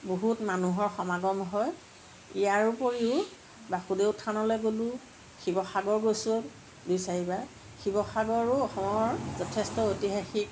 বহুত মানুহৰ সমাগম হয় ইয়াৰ উপৰিও বাসুদেও থানলৈ গ'লোঁ শিৱসাগৰ গৈছোঁ দুই চাৰিবাৰ শিৱসাগৰো অসমৰ যথেষ্ট ঐতিহাসিক